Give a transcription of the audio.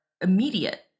immediate